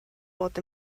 bod